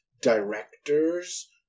directors